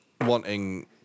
wanting